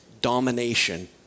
domination